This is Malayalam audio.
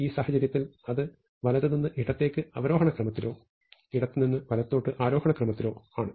ഈ സാഹചര്യത്തിൽ അത് വലത് നിന്ന് ഇടത്തേക്ക് അവരോഹണ ക്രമത്തിലോ ഇടത്തുനിന്ന് വലത്തോട്ട് ആരോഹണ ക്രമത്തിലോ ആണ്